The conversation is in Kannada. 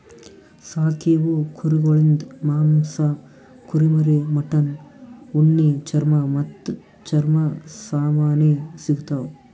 ಸಾಕೀವು ಕುರಿಗೊಳಿಂದ್ ಮಾಂಸ, ಕುರಿಮರಿ, ಮಟನ್, ಉಣ್ಣಿ, ಚರ್ಮ ಮತ್ತ್ ಚರ್ಮ ಸಾಮಾನಿ ಸಿಗತಾವ್